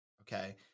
okay